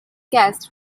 guest